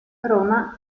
roma